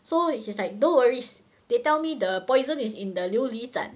so she's like don't worries they tell me the poison is in the 琉璃盏